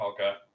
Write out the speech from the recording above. Okay